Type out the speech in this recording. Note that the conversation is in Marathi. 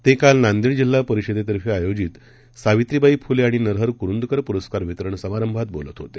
तेकालनांदेडजिल्हापरिषदेतर्फेआयोजितसावित्रीबाईफुलेआणिनरहरकुरुंदकरपुरस्कारवितरणसमारंभातबोलतहोते